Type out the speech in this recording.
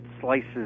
slices